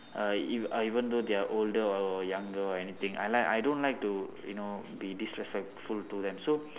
uh even uh even though they are older or younger or anything I like I don't like to you know be disrespectful to them so